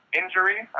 injury